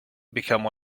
become